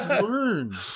learn